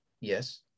Yes